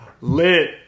lit